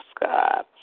God